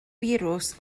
firws